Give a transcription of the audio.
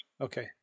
Okay